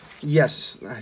Yes